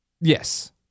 yes